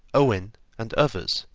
owen and others,